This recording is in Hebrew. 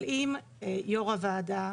אבל אם יושב ראש הוועדה,